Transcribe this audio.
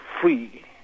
free